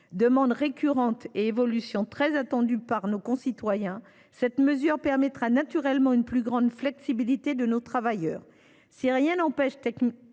Demande récurrente et évolution très attendue par nos concitoyens, une telle mesure permettra naturellement une plus grande flexibilité de nos travailleurs.